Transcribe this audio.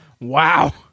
Wow